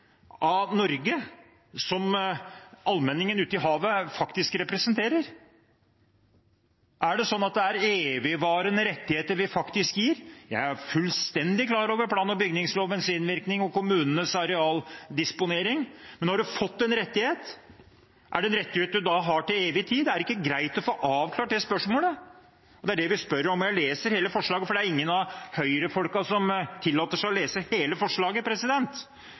av Norge som allmenningen ute i havet faktisk representerer. Er det sånn at det er evigvarende rettigheter vi faktisk gir? Jeg er fullstendig klar over plan- og bygningslovens innvirkning og kommunenes arealdisponering, men når man har fått en rettighet, er det en rettighet man da har til evig tid? Er det ikke greit å få avklart det spørsmålet? Det er det vi spør om. Jeg leser derfor også siste del av forslaget, for det er ingen av høyrefolkene som tillater seg å lese hele forslaget.